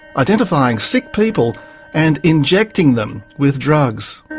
identifying sick people and injecting them with drugs.